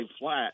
flat